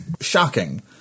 shocking